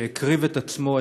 שהקריב את עצמו,